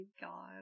God